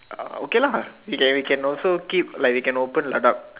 uh okay lah we can we can also keep like they can open Ladakh